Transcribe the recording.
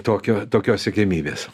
tokio tokios siekiamybės